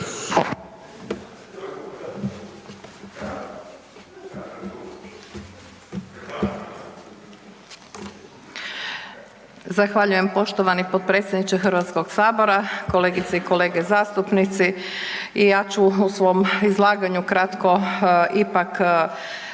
Zahvaljujem poštovani potpredsjedniče Hrvatskog sabora. Kolegice i kolege zastupnici i ja ću u svom izlaganju kratko ipak